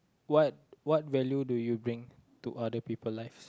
what what value do you bring to other people life